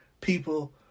people